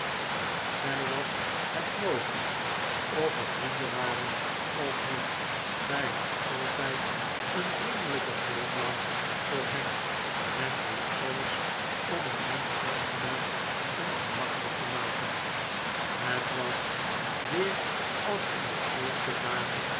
zij was het nooit of er vrienden waren of niet zij had altijd een vriendelijken glimlach voor hem en deed alles om het hem aangenaam en gemakkelijk te maken het was weer als in de eerste dagen